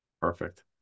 Perfect